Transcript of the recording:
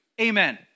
Amen